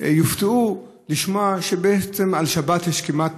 יופתעו לשמוע שבעצם על שבת יש כמעט